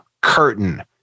Curtain